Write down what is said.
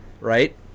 right